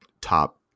top